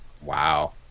Wow